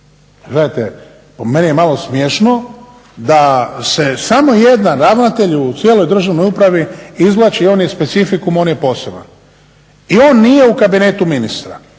Gledajte, po meni je malo smiješno da se samo jedan ravnatelj u cijeloj državnoj upravi izvlači, on je specifikum, on je poseban i on nije u kabinetu ministra.